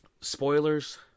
spoilers